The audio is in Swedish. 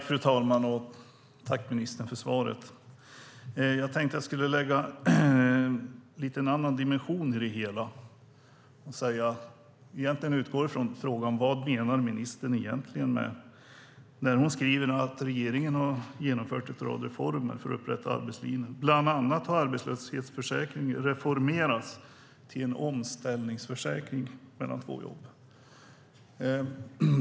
Fru talman! Tack, ministern, för svaret! Jag tänkte att jag skulle lägga en lite annan dimension till det hela. Jag utgår från frågan vad ministern egentligen menar när hon skriver: "Regeringen har genomfört en rad reformer för att upprätta arbetslinjen, bland annat har arbetslöshetsförsäkringen reformerats till en omställningsförsäkring mellan två jobb."